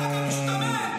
גם משתמט.